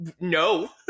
no